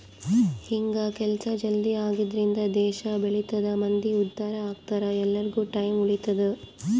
ಹಿಂಗ ಕೆಲ್ಸ ಜಲ್ದೀ ಆಗದ್ರಿಂದ ದೇಶ ಬೆಳಿತದ ಮಂದಿ ಉದ್ದಾರ ಅಗ್ತರ ಎಲ್ಲಾರ್ಗು ಟೈಮ್ ಉಳಿತದ